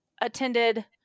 attended